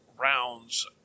rounds